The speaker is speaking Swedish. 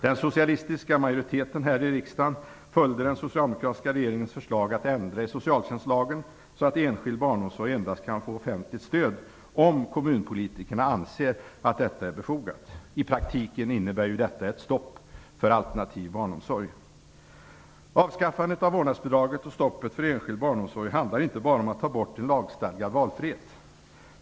Den socialistiska majoriteten här i riksdagen följde den socialdemokratiska regeringens förslag att ändra i socialtjänstlagen så att enskild barnomsorg endast kan få offentligt stöd om kommunpolitikerna anser att detta är befogat. I praktiken innebär det ett stopp för alternativ barnomsorg. Avskaffande av vårdnadsbidraget och stoppet för enskild barnomsorg handlar inte bara om att ta bort en lagstadgad valfrihet.